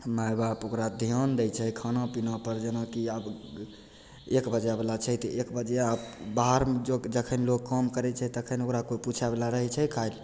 माय बाप ओकरा ध्यान दै छै ओकरा खाना पीनापर जेनाकि आब एक बजेवला छै तऽ एक बजिया बाहरमे जो जखन लोक काम करय छै तऽ तखन ओकरा पुछयवला रहय छै खाइल